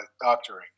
doctoring